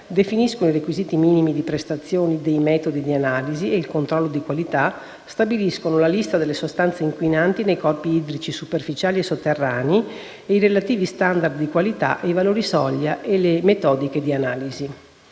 definiscono i requisiti minimi di prestazione dei metodi di analisi e il controllo di qualità, stabiliscono la lista delle sostanze inquinanti nei corpi idrici superficiali e sotterranei, i relativi *standard* di qualità e i valori soglia e le metodiche di analisi.